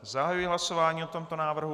Zahajuji hlasování o tomto návrhu.